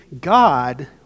God